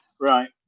right